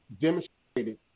demonstrated